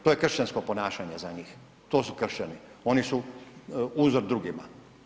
To je kršćansko ponašanje za njih, to su Kršćani, oni su uzor drugima.